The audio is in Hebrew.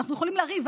ואנחנו יכולים לריב,